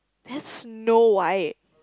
that's Snow White